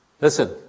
Listen